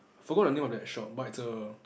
forgot the name of that shop but it's a